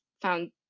Found